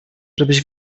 żebyś